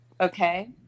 Okay